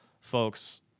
folks